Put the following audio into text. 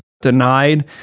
denied